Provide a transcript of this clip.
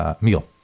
meal